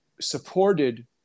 supported